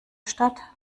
stadt